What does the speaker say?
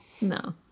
No